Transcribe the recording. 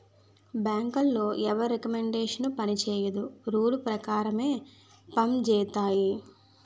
బ్యాంకులో ఎవరి రికమండేషన్ పనిచేయదు రూల్ పేకారం పంజేత్తాయి